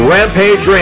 Rampage